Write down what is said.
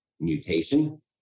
mutation